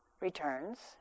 returns